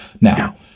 Now